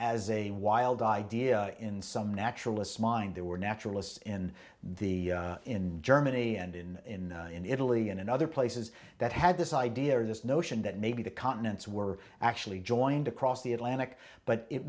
as a wild idea in some naturalists mind there were naturalists in the in germany and in in italy and in other places that had this idea this notion that maybe the continents were actually joined across the atlantic but it